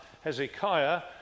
Hezekiah